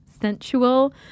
sensual